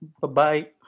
Bye-bye